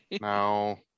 No